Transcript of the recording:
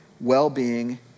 well-being